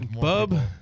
Bub